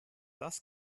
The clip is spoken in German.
das